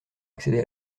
accéder